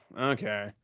okay